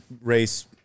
race